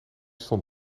stond